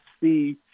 see